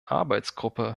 arbeitsgruppe